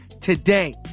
today